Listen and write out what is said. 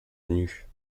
nues